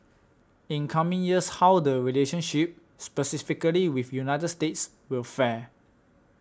in coming years how the relationship specifically with United States will fare